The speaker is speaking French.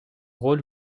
rôle